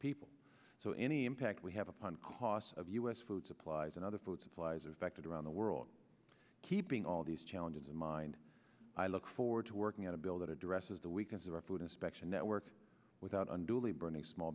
people so any impact we have upon cost of us food supplies and other food supplies are affected around the world keeping all these challenges in mind i look forward to working out a bill that addresses the weaknesses of our food inspection network without unduly burning small